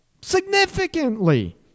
significantly